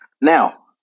Now